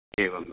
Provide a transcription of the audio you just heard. एवम्